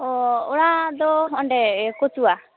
ᱚ ᱚᱲᱟᱜ ᱫᱚ ᱦᱚᱸᱜᱰᱮ ᱠᱩᱪᱤᱭᱟ